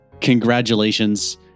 Congratulations